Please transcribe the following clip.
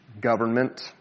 government